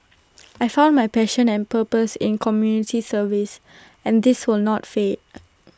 I found my passion and purpose in community service and this will not fade